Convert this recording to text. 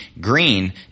Green